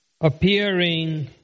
appearing